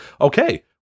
okay